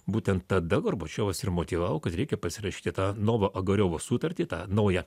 būtent tada gorbačiovas ir motyvavo kad reikia pasirašyti tą nova agoriovo sutartį tą naują